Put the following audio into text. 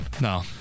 No